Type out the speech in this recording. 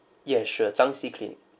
yeah sure zhang xi clinic